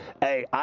Hey